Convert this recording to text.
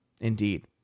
indeed